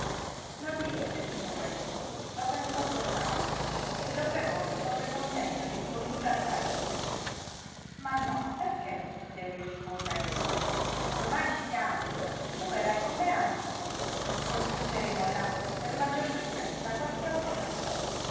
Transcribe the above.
non gli disse tutto questo lo pensò soltanto e lo pregò che fosse contento di ricondurla al paese ma no perché le rispose egli ormai ci siamo tu verrai con me a napoli consulteremo là per maggior sicurezza qualche altro medico